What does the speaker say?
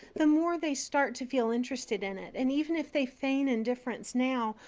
the more they start to feel interested in it. and even if they feign indifference now,